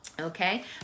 Okay